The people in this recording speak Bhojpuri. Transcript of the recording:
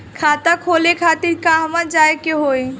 खाता खोले खातिर कहवा जाए के होइ?